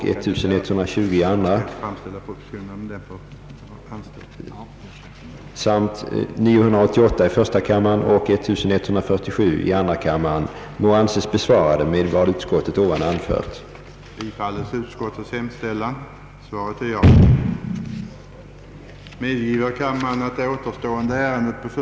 Herr talman! Den markerade gränsskillnad som tidigare förefunnits mellan statskyrkan och de frikyrkliga samfunden har alltmer upphört att finnas till. Samhörigheten och gemenskapen har i stället vuxit sig starkare och former av gemensamma gudstjänster av olika slag förekommer. Detta är företeelser som bör hälsas med tillfredsställelse, då enighet även i dessa avseenden är enbart av godo.